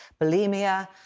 bulimia